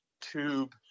tube